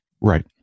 Right